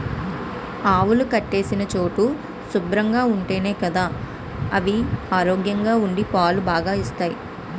ఆవులు కట్టేసిన చోటు శుభ్రంగా ఉంటేనే గదా అయి ఆరోగ్యంగా ఉండి పాలు బాగా ఇస్తాయి